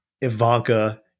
Ivanka